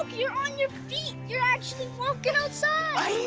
you're on your feet! you're actually walking outside!